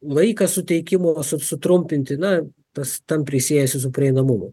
laiką suteikimo su sutrumpinti na tas tampriai siejasi su prieinamumu